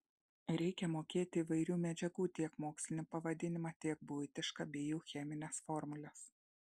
reikia mokėti įvairių medžiagų tiek mokslinį pavadinimą tiek buitišką bei jų chemines formules